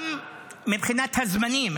וגם מבחינת הזמנים,